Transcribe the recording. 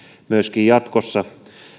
myöskin jatkossa